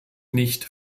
nicht